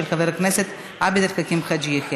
של חבר הכנסת עבד אל חכים חאג' יחיא.